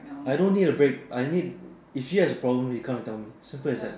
I don't need a break I need if she has a problem you come and tell me simple as that